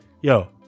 yo